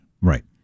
Right